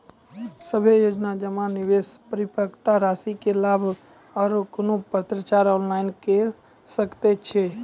सभे योजना जमा, निवेश, परिपक्वता रासि के लाभ आर कुनू पत्राचार ऑनलाइन के सकैत छी?